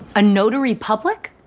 a notary public.